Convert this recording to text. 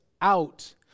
out